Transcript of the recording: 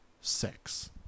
six